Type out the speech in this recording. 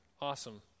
awesome